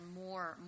more